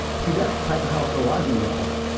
see, that's the type of household i grew up in